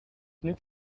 niet